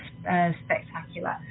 spectacular